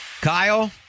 Kyle